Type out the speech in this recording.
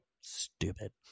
Stupid